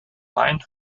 main